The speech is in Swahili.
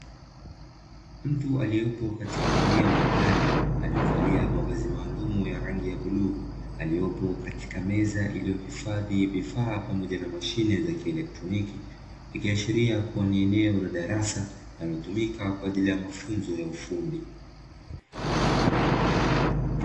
Mtu aliyepo katika eneo la ndani, aliyevalia mavazi maalumu ya rangi ya bluu aliyepo katika meza iliyohifadhi vifaa pamoja na mashine za kielektroniki, ikiashiria kuwa ni eneo la darasa linalotumika kwa ajili ya mafunzo ya ufundi.